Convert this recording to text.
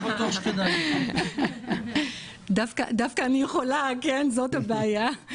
אני דווקא יכולה, זאת הבעיה ...